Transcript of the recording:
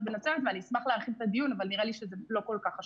אני אשמח להרחיב את הדיון אבל נראה לי שזה לא כל כך השולחן.